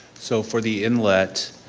so for the inlet,